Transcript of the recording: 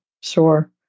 sure